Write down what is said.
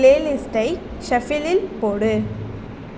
play லிஸ்டை ஷஃபிலில் போடு